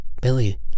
Billy